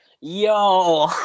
Yo